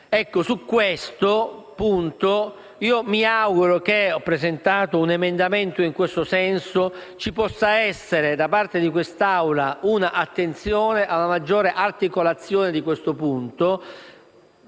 A questo proposito, mi auguro - e ho presentato un emendamento in questo senso - che ci possa essere da parte di quest'Assemblea un'attenzione per una maggiore articolazione di questo punto,